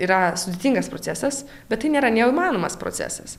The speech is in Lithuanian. yra sudėtingas procesas bet tai nėra neįmanomas procesas